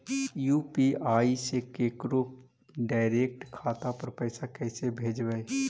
UPI से केकरो direct खाता पर पैसा कैसे भेजबै?